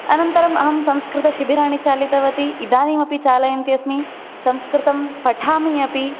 अनन्तरम् अहं संस्कृतशिबिराणि चालितवती इदानीमपि चालयन्ती अस्मि संस्कृतं पठामि अपि